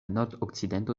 nordokcidento